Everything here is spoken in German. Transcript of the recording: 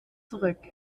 zurück